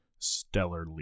stellarly